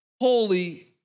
holy